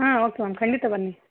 ಹಾಂ okay ma'am ಖಂಡಿತ ಬನ್ನಿ